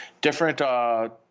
different